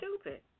stupid